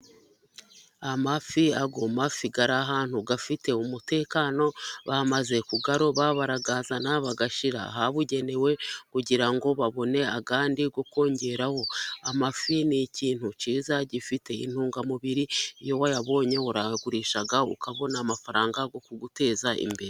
Amafi, ayo mafi ari ahantu afite umutekano bamaze kuyaroba barayazana bayashyira ahabugenewe kugira ngo babone andi yo kongeraho. Amafi ni ikintu cyiza gifite intungamubiri , iyo wayabonye urayagurisha ukabona amafaranga yo kuguteza imbere.